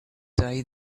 day